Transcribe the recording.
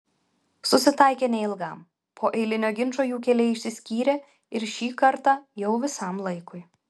susitaikė neilgam po eilinio ginčo jų keliai išsiskyrė ir šį kartą jau visam laikui